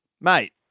mate